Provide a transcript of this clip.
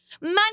money